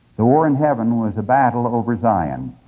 the war in heaven was a battle over zion.